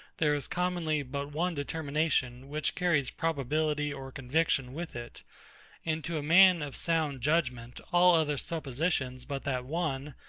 there is commonly but one determination, which carries probability or conviction with it and to a man of sound judgement, all other suppositions, but that one,